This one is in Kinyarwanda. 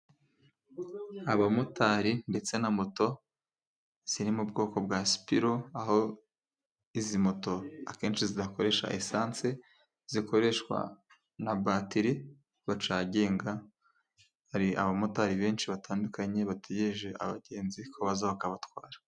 Abamotari ndetse na moto ziri mu bwoko bwa sipiro, aho izi moto akenshi zidakoresha esansi zikoreshwa na batiri bacagenga, hari abamotari benshi batandukanye, bategereje abagenzi ko baza bakabatwara.